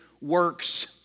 works